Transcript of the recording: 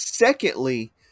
Secondly